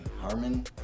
Harmon